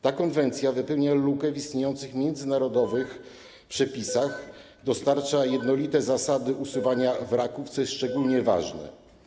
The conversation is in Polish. Ta konwencja wypełnia lukę w istniejących międzynarodowych przepisach, dostarcza jednolite zasady usuwania wraków, co jest szczególnie ważne.